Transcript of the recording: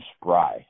spry